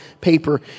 paper